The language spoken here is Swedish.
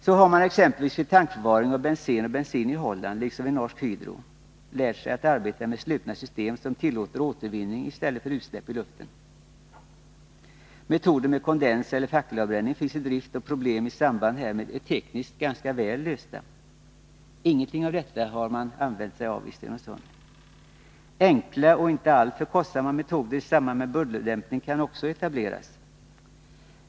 Så har man exempelvis vid tankförvaring av bensen och bensin i Holland liksom vid Norsk Hydro lärt sig arbeta med slutna system, som tillåter återvinning i stället för utsläpp i luften. Metoder med kondens eller fackelavbränning finns i drift, och problem i samband härmed är tekniskt ganska väl lösta. Ingenting av detta har man använt sig av i Stenungsund. Enkla och inte allför kostsamma metoder i samband med bullerdämpning kan också etableras.